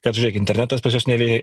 kad žėk internetas pas juos nevei